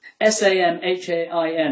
S-A-M-H-A-I-N